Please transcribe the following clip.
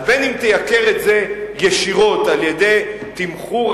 אז אם תייקר את זה ישירות על-ידי תמחור